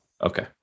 Okay